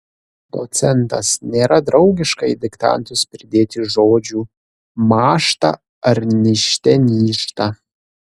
docentas nėra draugiška į diktantus pridėti žodžių mąžta ar nižte nyžta